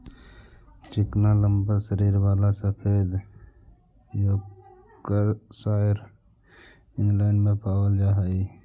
चिकना लम्बा शरीर वाला सफेद योर्कशायर इंग्लैण्ड में पावल जा हई